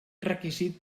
requisit